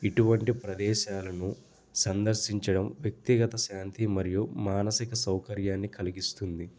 ఇటువంటి ప్రదేశాలను సందర్శించడం వ్యక్తిగత శాంతి మరియు మానసిక సౌకర్యాన్ని కలిగిస్తుంది